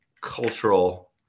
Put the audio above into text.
cultural